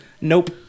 Nope